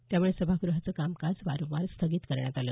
त्यामुळे सभागृहाचं कामकाज वारंवार स्थगित करण्यात आल